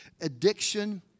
addiction